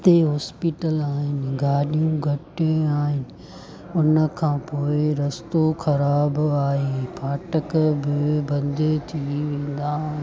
हिते हॉस्पिटल आहिनि गाॾियूं घटि आहिनि हुन खां पोइ रस्तो ख़राबु आहे फाटक बि बंदि थी वेंदा आहिनि